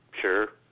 Sure